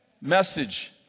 message